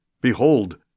Behold